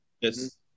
Yes